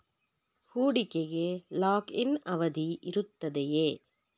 ಹೂಡಿಕೆಗೆ lock in ಅವಧಿ ಇರುತ್ತದೆಯೇ?